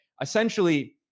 essentially